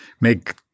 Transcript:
make